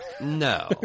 No